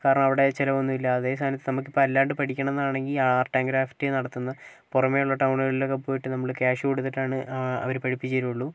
കാരണം അവിടെ ചിലവൊന്നും ഇല്ല അതേ സ്ഥാനത്ത് നമുക്കിപ്പോൾ അല്ലാണ്ട് പഠിക്കണം എന്ന് ആണെങ്കിൽ ആർട്ട് ആൻഡ് ക്രാഫ്റ്റ് നടത്തുന്ന പുറമെയുള്ള ടൗണുകളിലൊക്കെ പോയിട്ട് നമ്മൾ ക്യാഷ് കൊടുത്തിട്ടാണ് അവർ പഠിപ്പിച്ചു തരൂള്ളൂ